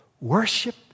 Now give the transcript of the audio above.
Worship